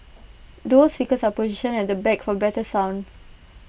dual speakers are positioned at the back for better sound